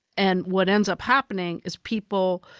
and what ends up happening is people,